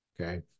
okay